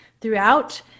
throughout